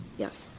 yes.